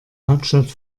hauptstadt